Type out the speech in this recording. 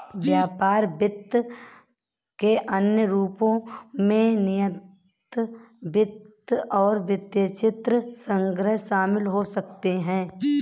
व्यापार वित्त के अन्य रूपों में निर्यात वित्त और वृत्तचित्र संग्रह शामिल हो सकते हैं